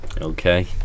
Okay